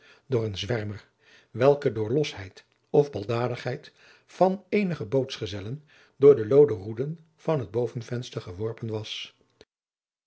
door een zwermer welke door losheid of baldadigheid van eenige bootsgezellen door de looden roeden van het bovenvenster geworpen was